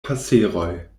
paseroj